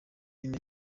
nyuma